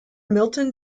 milton